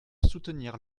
soutenir